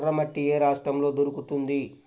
ఎర్రమట్టి ఏ రాష్ట్రంలో దొరుకుతుంది?